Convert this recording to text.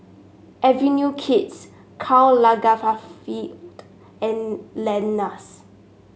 Avenue Kids Karl Lagerfeld and Lenas